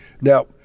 Now